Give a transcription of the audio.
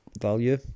value